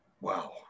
wow